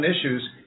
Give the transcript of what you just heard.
issues